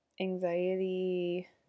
Anxiety